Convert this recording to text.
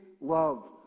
love